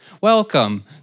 welcome